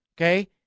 Okay